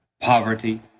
poverty